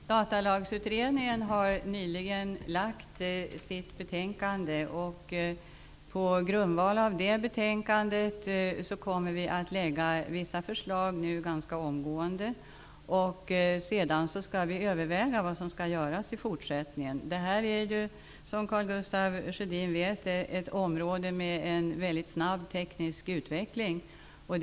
Herr talman! Datalagsutredningen har nyligen lagt fram sitt betänkande. På grundval av det betänkandet kommer vi ganska omgående att lägga fram vissa förslag. Sedan skall vi överväga vad som skall göras i fortsättningen. Som Karl Gustaf Sjödin vet är det fråga om ett område där den tekniska utvecklingen går mycket snabbt.